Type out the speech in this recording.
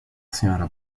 srta